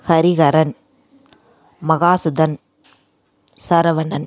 Hariharan Mahasudhan Saravanan